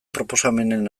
proposamenen